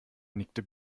nickte